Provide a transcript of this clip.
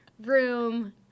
room